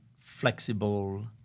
flexible